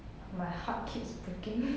my heart keeps breaking